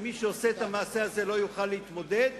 שמי שעושה את המעשה הזה לא יוכל להתמודד,